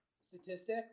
statistic